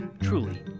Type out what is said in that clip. truly